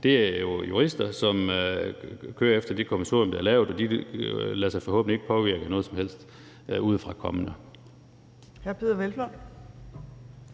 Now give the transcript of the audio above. Det er jo jurister, som kører efter det kommissorium, der er lavet, og de lader sig forhåbentlig ikke påvirke af noget som helst udefrakommende.